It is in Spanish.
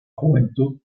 juventud